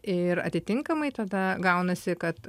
ir atitinkamai tada gaunasi kad